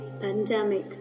pandemic